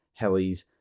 helis